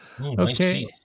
Okay